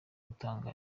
gutanga